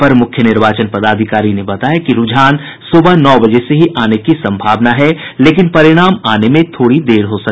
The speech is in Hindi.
अपर मुख्य निर्वाचन पदाधिकारी ने बताया कि रुझान सुबह नौ बजे से ही आने की संभावना है लेकिन परिणाम आने में थोड़ी देर हो सकती है